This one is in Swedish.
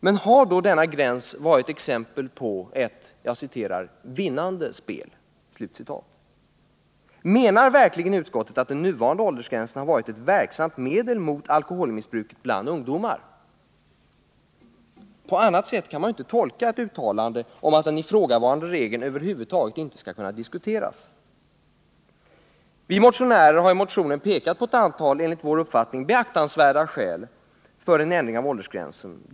Men har då denna gräns varit ett exempel på ett ”vinnande spel”? Menar verkligen utskottet att den nuvarande åldersgränsen varit ett verksamt medel mot alkoholmissbruket bland ungdomen? På annat sätt kan man inte tolka ett uttalande om att den ifrågavarande regeln över huvud taget inte skall kunna diskuteras. Vi motionärer har i motionen pekat på ett antal enligt vår uppfattning beaktansvärda skäl för en ändring av åldersgränsen.